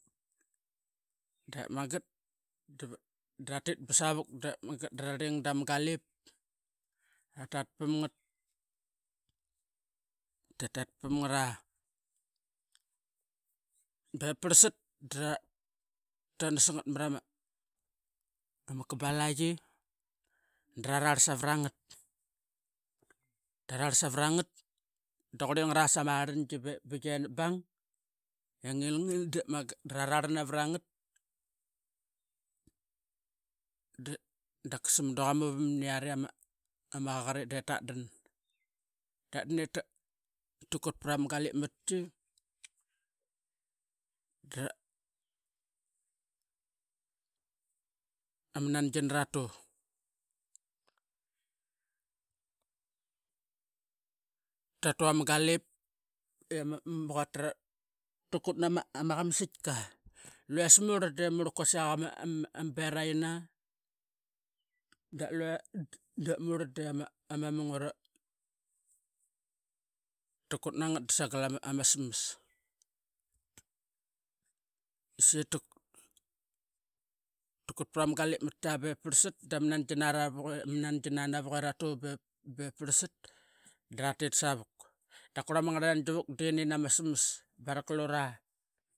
Dep magat dava dratit savuk demagat drarling dama galip iratat pam ngat, tatat pam ngata be parlsat dra tanas ngat marama ama kabalayi dra rarl savara ngat tararl savarangat duqurli ngara samarlngi bep bigia napbang enilngil dep magat dra rarl na varangat dra da qasa mudu qamu vap niari ama qaqet itdetatdan, tatdan eta kut prama galip mat ki dra ama nangina ratu-tatu ama galip i ama quata ra kut nama qamasaitka lue as murl dequasik aqama beraina, da lue da murl dia ma mung era kut nangat dasagal ama smas. Seta kut prama galip matki be parl sat dama nangina navuk era tu be parlsat dratit sevuk, da qurla mangar lnangi vuk dia nin ama smas barak lura.